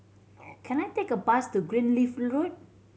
can I take a bus to Greenleaf Road